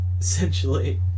essentially